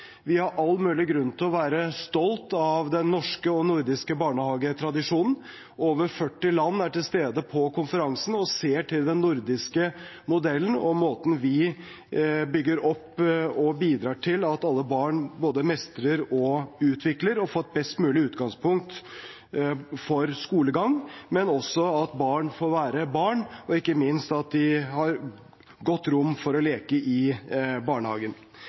Vi har all mulig grunn til å være stolt av den norske og nordiske barnehagetradisjonen. Over 40 land er til stede på konferansen. De ser til den nordiske modellen og måten vi bygger opp og bidrar til at alle barn mestrer, utvikler seg og får et best mulig utgangspunkt for skolegang, men også at barn får være barn og har godt rom for å leke i barnehagen.